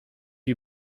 you